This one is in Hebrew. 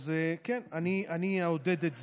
אז כן, אני אעודד את זה,